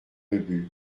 ubu